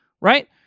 right